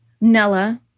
Nella